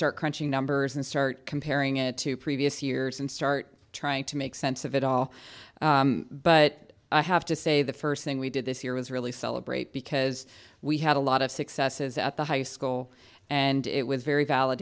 start crunching numbers and start comparing it to previous years and start trying to make sense of it all but i have to say the first thing we did this year was really celebrate because we had a lot of successes at the high school and it was very valid